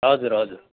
हजुर हजुर